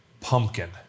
pumpkin